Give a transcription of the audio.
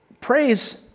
Praise